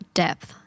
depth